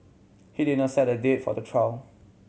he did not set a date for the trial